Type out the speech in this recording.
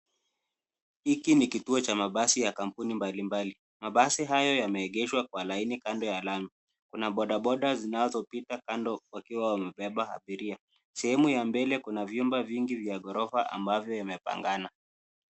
Hiki ni kituo cha mabasi ya kampuni mbalimbali. Mabasi hayo yameegeshwa kwa laini kando ya lami. Kuna boda boda zinazopita kando wakiwa wamebeba abiria. Sehemu ya mbele, kuna vyumba vingi vya ghorofa ambavyo imepangana.